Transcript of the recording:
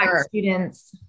students